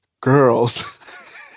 girls